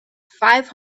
five